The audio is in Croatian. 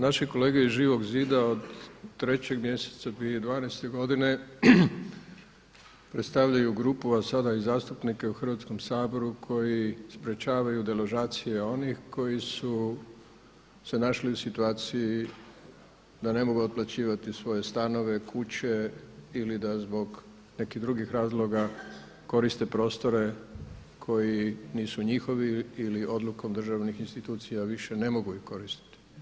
Naši kolege iz Živog zida od trećeg mjeseca 2012. godine predstavljaju grupu, a sada i zastupnike u Hrvatskom saboru koji sprečavaju deložacije onih koji su se našli u situaciji da ne mogu otplaćivati svoje stanove, kuće ili da zbog nekih drugih razloga koriste prostore koji nisu njihovi ili odlukom državnih institucija više ih ne mogu koristiti.